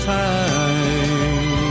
time